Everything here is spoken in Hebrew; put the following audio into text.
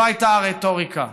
זו הייתה הרטוריקה.